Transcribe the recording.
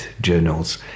journals